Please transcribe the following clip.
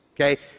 okay